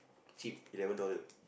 cheap eleven dollar